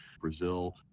Brazil